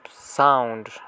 sound